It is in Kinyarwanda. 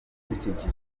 ibidukikije